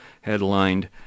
headlined